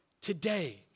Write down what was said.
Today